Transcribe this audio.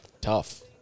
Tough